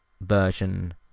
version